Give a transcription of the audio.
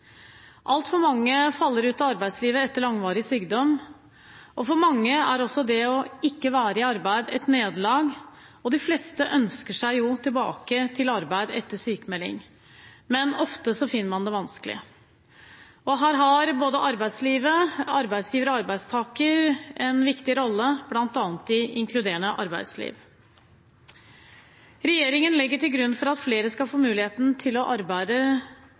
Altfor mange faller ut av arbeidslivet etter langvarig sykdom, og for mange er også det ikke å være i arbeid et nederlag. De fleste ønsker seg tilbake til arbeid etter sykmelding, men ofte finner man det vanskelig. Her har både arbeidsliv, arbeidsgiver og arbeidstaker en viktig rolle, bl.a. i inkluderende arbeidsliv. Regjeringen legger til grunn at flere skal få muligheten til å arbeide